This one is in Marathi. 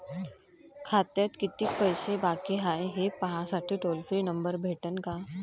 खात्यात कितीकं पैसे बाकी हाय, हे पाहासाठी टोल फ्री नंबर भेटन का?